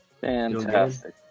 Fantastic